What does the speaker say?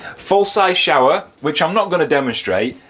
full size shower, which i'm not going to demonstrate.